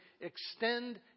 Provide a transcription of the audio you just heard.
extend